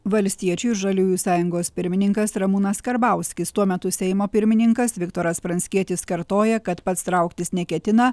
valstiečių ir žaliųjų sąjungos pirmininkas ramūnas karbauskis tuo metu seimo pirmininkas viktoras pranckietis kartoja kad pats trauktis neketina